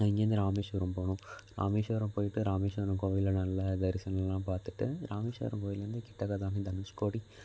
அங்கேருந்து ராமேஷ்வரம் போனோம் ராமேஷ்வரம் போயிட்டு ராமேஷ்வரம் கோவிலில் நல்ல தரிசனமெலாம் பார்த்துட்டு ராமேஷ்வரம் கோவில்லேருந்து கிட்டக்கே தானே தனுஷ்கோடி